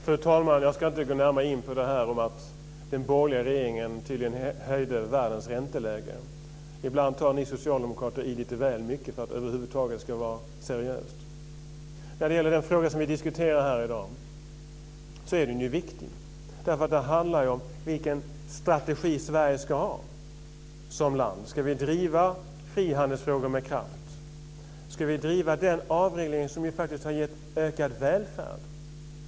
Fru talman! Jag ska inte gå närmare in på detta att den borgerliga regeringen tydligen höjde världens ränteläge. Ibland tar ni socialdemokrater i lite väl mycket för att det över huvud taget ska vara seriöst. Den fråga som vi diskuterar här i dag är viktig. Det handlar om vilken strategi Sverige som land ska ha. Ska vi driva frihandelsfrågor med kraft? Ska vi driva den avreglering som faktiskt har gett ökad välfärd?